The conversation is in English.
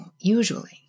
usually